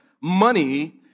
money